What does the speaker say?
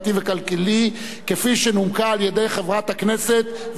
שנומקה על-ידי חברת הכנסת זהבה גלאון.